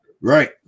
Right